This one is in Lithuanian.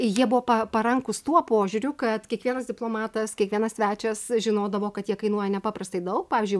jie buvo pa parankūs tuo požiūriu kad kiekvienas diplomatas kiekvienas svečias žinodavo kad jie kainuoja nepaprastai daug pavyzdžiui